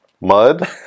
mud